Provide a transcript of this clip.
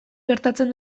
gertatzen